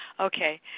Okay